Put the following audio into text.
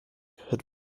had